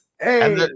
hey